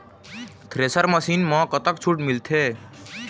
Thresher machine म कतक छूट मिलथे?